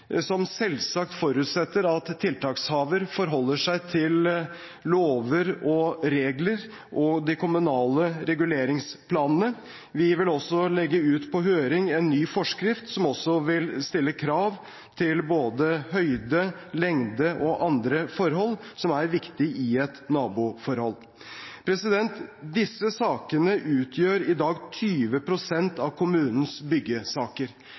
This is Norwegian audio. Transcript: som selvsagt forutsetter at tiltakshaver forholder seg til lover og regler og de kommunale reguleringsplanene. Vi vil også legge ut på høring en ny forskrift som også vil stille krav til både høyde, lenge og andre forhold som er viktige i et naboforhold. Disse sakene utgjør i dag 20 pst. av kommunenes byggesaker.